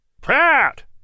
Pat